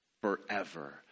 forever